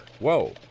Whoa